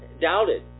doubted